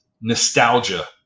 nostalgia